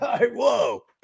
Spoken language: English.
whoa